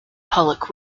pollock